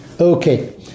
Okay